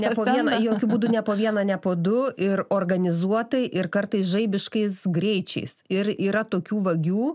ne po vieną jokiu būdu ne po vieną ne po du ir organizuotai ir kartais žaibiškais greičiais ir yra tokių vagių